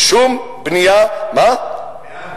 מאה אחוז.